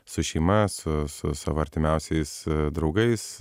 su šeima su su savo artimiausiais draugais